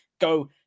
Go